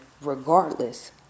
Regardless